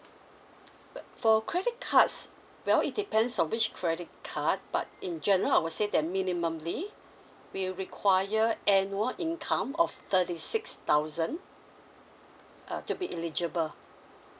uh for credit cards well it depends on which credit card but in general I will say that minimally we'll require annual income of thirty six thousand uh to be eligible